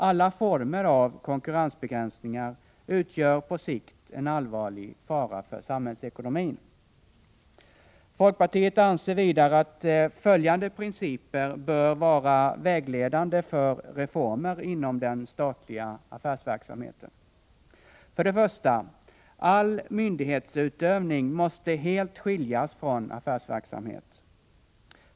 Alla former av konkurrensbegränsning utgör på sikt en allvarlig fara för samhälls >konomin. Folkpartiet anser vidare att följande principer bör vara vägledande för reformer inom den statliga affärsverksamheten. För det första: All myndighetsutövning måste helt skiljas från affärsverksamhet.